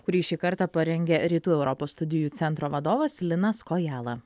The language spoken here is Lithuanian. kurį šį kartą parengė rytų europos studijų centro vadovas linas kojala